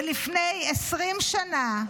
ולפני 20 שנה,